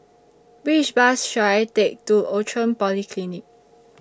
Which Bus should I Take to Outram Polyclinic